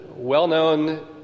well-known